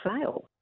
fail